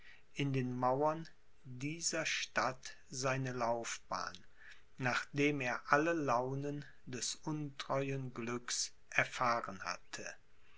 in den mauern dieser stadt seine laufbahn nachdem er alle launen des untreuen glücks erfahren hatte